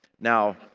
Now